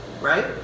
right